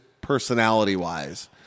personality-wise